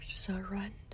surrender